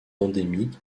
endémique